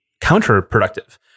counterproductive